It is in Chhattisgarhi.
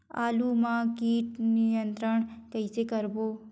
आलू मा कीट नियंत्रण कइसे करबो?